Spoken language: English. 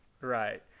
Right